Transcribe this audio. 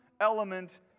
element